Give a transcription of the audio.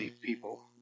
people